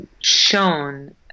shown